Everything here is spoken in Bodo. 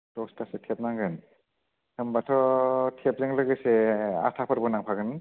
दसथासो टेप नांगोन होमबाथ' टेप जों लोगोसे आटाफोरबो नांफागोन